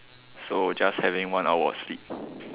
so just having one hour of sleep